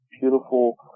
beautiful